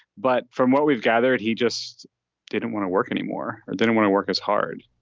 but from what we've gathered, he just didn't want to work anymore, didn't want to work as hard,